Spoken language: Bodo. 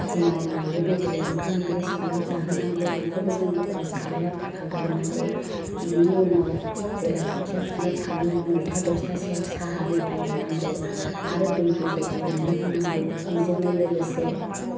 फुङाव नायै बेदरै ओंखाम ओंख्रि संना जाहोनांगौ बेखौबो जों खरस खालायनानै ताखा गारनांगौ बिनि उनाव जेला खोथिया फुनो थाङो नयथा दसथासेयाव साहा मेथाइ होनांगौ आरो दैबो जगायनानै होनांगौ बिजोंनो लोगोसे